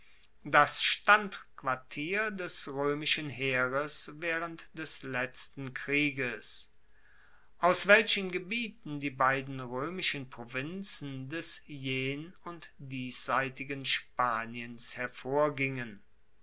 das standquartier des roemischen heeres waehrend des letzten krieges aus welchen gebieten die beiden roemischen provinzen des jen und diesseitigen spaniens hervorgingen